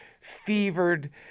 fevered